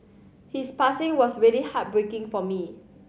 his passing was really heartbreaking for me